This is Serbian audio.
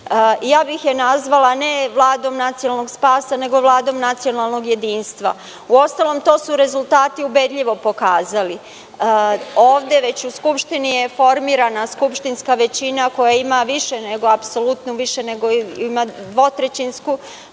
Ja bih je nazvala ne Vladom nacionalnog spasa, nego Vladom nacionalnog jedinstva. Uostalom to su rezultati ubedljivo pokazali. Ovde već u Skupštini je formirana skupštinska većina koja ima dvotrećinsku